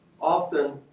Often